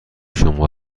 شما